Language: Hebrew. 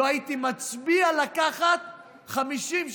לא הייתי מצביע לקחת 50,